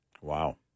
Wow